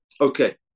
Okay